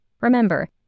Remember